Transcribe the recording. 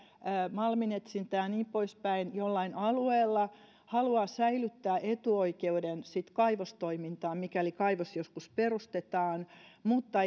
malminetsintään ja niin poispäin jollain alueella haluaa säilyttää etuoikeuden kaivostoimintaan mikäli kaivos joskus perustetaan mutta